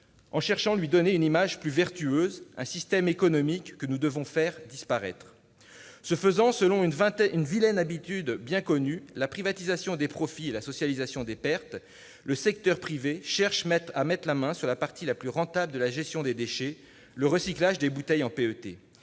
en cherchant à lui donner une image plus vertueuse, un système économique que nous devons faire disparaître ! Ce faisant, selon une vilaine habitude bien connue- la privatisation des profits et la socialisation des pertes -, le secteur privé cherche à mettre la main sur la partie la plus rentable de la gestion des déchets- le recyclage des bouteilles en PET